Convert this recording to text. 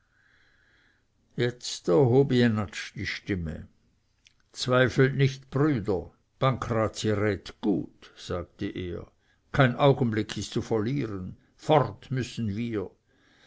jetzt erhob jenatsch die stimme zweifelt nicht brüder pancrazi rät gut sagte er kein augenblick ist zu verlieren fort müssen wir